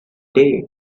day